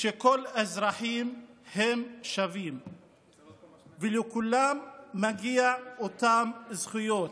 מזה שכל האזרחים הם שווים ולכולם מגיעות אותן זכויות,